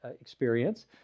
experience